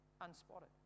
Unspotted